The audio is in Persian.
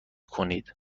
کنید